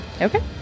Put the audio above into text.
Okay